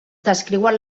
descriuen